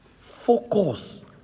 Focus